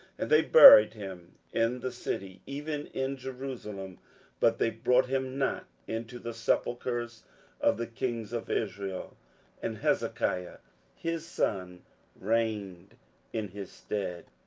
and they buried him in the city, even in jerusalem but they brought him not into the sepulchres of the kings of israel and hezekiah his son reigned in his stead.